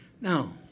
Now